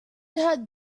had